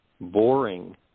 boring